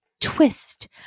twist